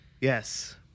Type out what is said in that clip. Yes